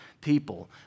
people